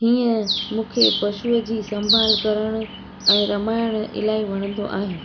हीअं मूंखे पशुअ जी संभाल करण ऐं रमाइणु इलाही वणंदो आहे